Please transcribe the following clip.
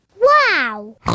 Wow